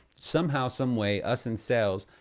somehow, someway, us in sales,